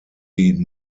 die